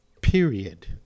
period